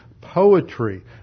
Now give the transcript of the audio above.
poetry